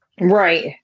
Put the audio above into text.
Right